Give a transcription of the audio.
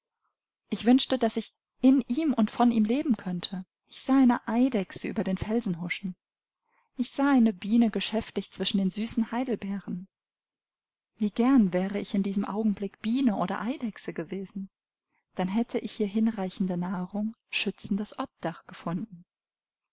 ich wünschte daß ich in ihm und von ihm leben könnte ich sah eine eidechse über den felsen huschen ich sah eine biene geschäftig zwischen den süßen heidelbeeren wie gern wäre ich in diesem augenblick biene oder eidechse gewesen dann hätte ich hier hinreichende nahrung schützendes obdach gefunden